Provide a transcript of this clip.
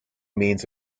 means